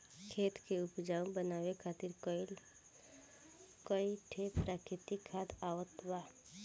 खेत के उपजाऊ बनावे खातिर कई ठे प्राकृतिक खाद आवत बा